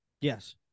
Yes